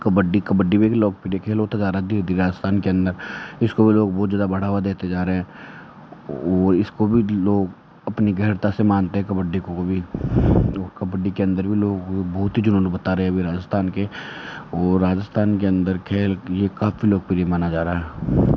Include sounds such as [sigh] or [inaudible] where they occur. कबड्डी कबड्डी भी एक लोकप्रिय खेल होता जा रहा है धीरे धीरे राजस्थान के अंदर इसको भी लोग बहुत ज़्यादा बढ़ावा देते जा रहे हैं वो इसको भी लोग अपनी [unintelligible] से मानते हैं कबड्डी को वो भी और कबड्डी के अंदर भी लोग बहुत ही जुनून बता रहे हैं अभी राजस्थान के और राजस्थान के अंदर खेल ये काफ़ी लोकप्रिय माना जा रहा है